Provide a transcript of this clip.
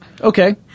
Okay